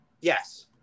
Yes